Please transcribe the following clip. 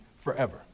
forever